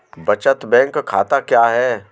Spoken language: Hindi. बचत बैंक खाता क्या है?